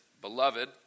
Beloved